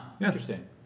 Interesting